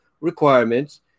requirements